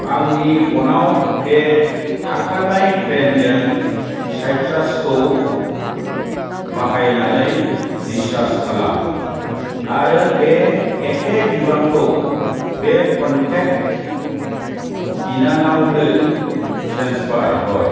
आंनि फनाव बे थाखानाय प्लेनजों साइट्रासखौ बाहायनानै रिसार्ज खालाम आरो बे एखे बिबांखौ बे कनटेक्ट बिनानावनो ट्रेन्सफार हर